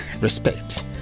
respect